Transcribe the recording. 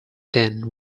then